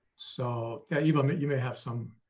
so yeah eva you may have some.